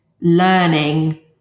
learning